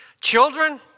Children